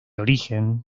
origen